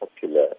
popular